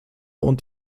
und